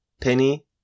Penny